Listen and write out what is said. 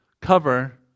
cover